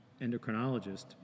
endocrinologist